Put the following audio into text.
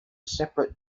separate